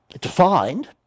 defined